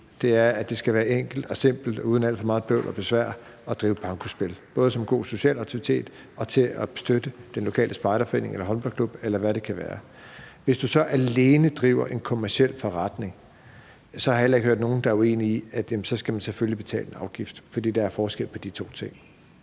mit mål: Det skal være enkelt og simpelt uden alt for meget bøvl og besvær at drive bankospil, både som god social aktivitet og til at støtte den lokale spejdergruppe eller håndboldklub, eller hvad det kan være. Hvis du så alene driver en kommerciel forretning, har jeg heller ikke hørt nogen sige, de er uenige i, at man så selvfølgelig skal betale en afgift, for der er forskel på de to ting.